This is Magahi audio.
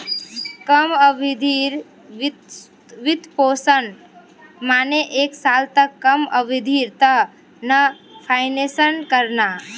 कम अवधिर वित्तपोषण माने एक साल स कम अवधिर त न फाइनेंस करना